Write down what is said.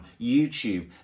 YouTube